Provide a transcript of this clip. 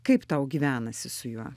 kaip tau gyvenasi su juo